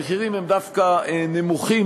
המחירים דווקא נמוכים,